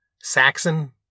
Saxon